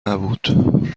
نبود